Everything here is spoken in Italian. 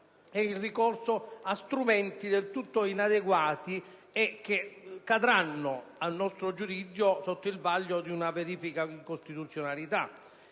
è il ricorso a strumenti del tutto inadeguati, destinati a cadere, a nostro giudizio, sotto il vaglio di una verifica di costituzionalità.